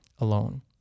alone